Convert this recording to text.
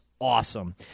awesome